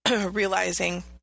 realizing